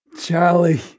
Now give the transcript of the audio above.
Charlie